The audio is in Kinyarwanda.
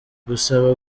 gusaba